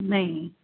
नहीं